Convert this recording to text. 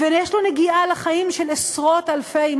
ויש לו נגיעה לחיים של עשרות-אלפי אם